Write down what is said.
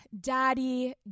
daddy